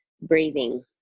breathing